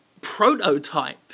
prototype